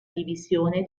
divisione